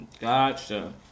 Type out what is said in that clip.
Gotcha